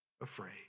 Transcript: afraid